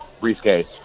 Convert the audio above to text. briefcase